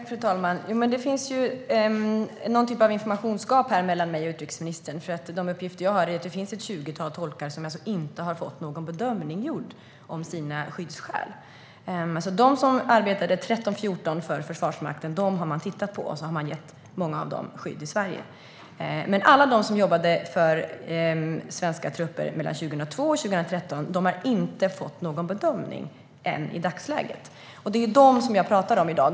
Fru talman! Det finns någon typ av informationsgap här mellan mig och utrikesministern, för enligt de uppgifter jag har fått finns det ett tjugotal tolkar vars skyddsskäl inte har fått någon bedömning. Man har tittat på dem som arbetade för Försvarsmakten 2013-2014, och man har gett många av dem skydd i Sverige. Men de som jobbade för svenska trupper mellan 2002 och 2013 har ännu inte fått någon bedömning, och det är dem jag pratar om i dag.